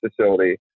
facility